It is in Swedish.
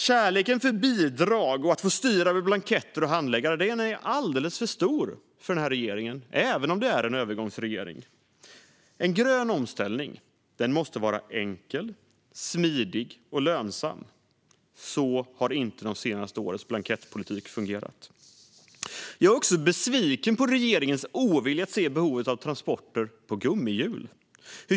Kärleken till bidrag och att få styra över blanketter och handläggare är alldeles för stor i den här regeringen, även om det är en övergångsregering. En grön omställning måste vara enkel, smidig och lönsam. Så har inte de senaste årens blankettpolitik fungerat. Jag är också besviken på regeringens ovilja att se behovet av transporter på gummihjul.